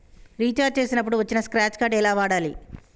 Recharge చేసినప్పుడు వచ్చిన scratch card ఎలా వాడాలి?